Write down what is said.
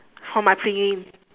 for my prelim